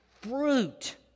fruit